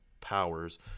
powers